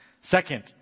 Second